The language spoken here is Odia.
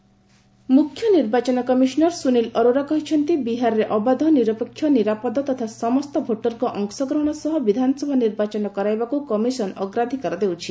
ବିହାର ଇଲେକ୍ସନ୍ ମୁଖ୍ୟ ନିର୍ବାଚନ କମିଶନର ସୁନୀଲ ଅରୋଡା କହିଛନ୍ତି ବିହାରରେ ଅବାଧ ନିରପେକ୍ଷ ନିରାପଦ ତଥା ସମସ୍ତ ଭୋଟରଙ୍କ ଅଂଶଗ୍ରହଣ ସହ ବିଧାନସଭା ନିର୍ବାଚନ କରାଇବାକୁ କମିଶନ୍ ଅଗ୍ରାଧିକାର ଦେଉଛି